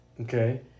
Okay